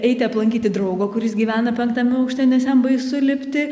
eiti aplankyti draugo kuris gyvena penktame aukšte nes jam baisu lipti